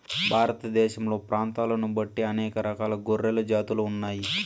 భారతదేశంలో ప్రాంతాలను బట్టి అనేక రకాల గొర్రెల జాతులు ఉన్నాయి